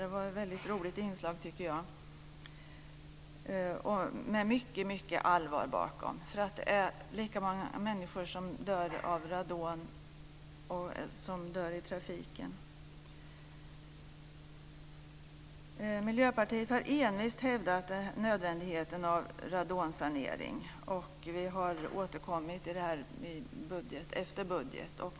Det var ett väldigt roligt inslag, tycker jag, med mycket allvar bakom. Det är lika många människor som dör av radon som dör i trafiken. Miljöpartiet har envist hävdat nödvändigheten av radonsanering. Vi har återkommit i denna fråga i budget efter budget.